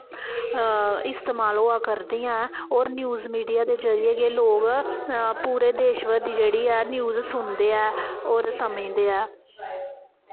इस्तेमाल होआ करदियां ऐं होर न्यूज़ मीडिया दे जरिये गै लोग पूरे देश भर दी जेह्ड़ी ऐ न्यूज़ सुनदे ऐ होर समझदे ऐ